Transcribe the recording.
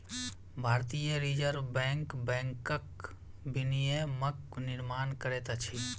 भारतीय reserve bank बैंकक विनियमक निर्माण करैत अछि